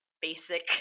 basic